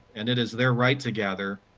and it is their right to gather,